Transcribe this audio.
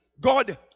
god